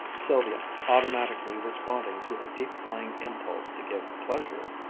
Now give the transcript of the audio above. sylvia, automatically responding to her deep-lying impulse to give pleasure,